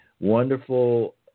Wonderful